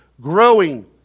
Growing